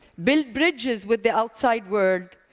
build bridges with the outside world,